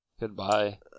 Goodbye